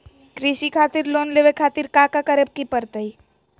कृषि खातिर लोन लेवे खातिर काका करे की परतई?